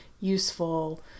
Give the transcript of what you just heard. useful